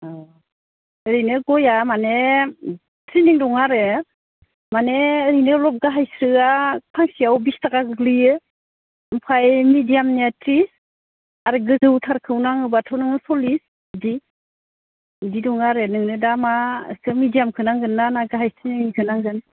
औ ओरैनो गया माने सिलिं दङो आरो माने ओरैनो अल'प गाहायस्रोआ फांसेयाव बिस थाखा गोग्लैयो ओमफाय मेडियामनिया थ्रिस आरो गोजौथारखौ नांगौबाथ' नोङो सरलिस बिदि बिदि दङ आरो नोंनो दा मा मिडियामखौ नांगोन ना गाहाय स्रिनिखौ नांगोन